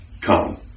come